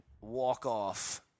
walk-off